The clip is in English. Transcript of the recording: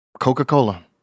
Coca-Cola